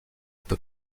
peut